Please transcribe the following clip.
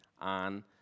on